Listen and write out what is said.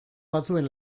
batzuen